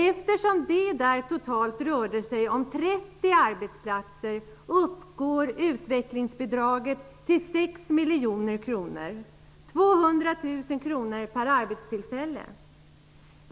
Eftersom det där totalt rör sig om 30 arbetsplatser, uppgår utvecklingsbidraget till 6 miljoner kronor, dvs. 200 000 kr per arbetstillfälle.